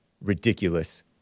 Ridiculous